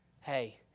Hey